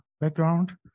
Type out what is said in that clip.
background